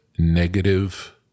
negative